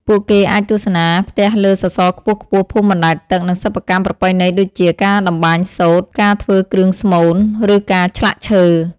ពួកគេអាចទស្សនាផ្ទះលើសសរខ្ពស់ៗ ភូមិបណ្តែតទឹក និងសិប្បកម្មប្រពៃណីដូចជា ការតម្បាញសូត្រ ការធ្វើគ្រឿងស្មូន ឬការឆ្លាក់ឈើ។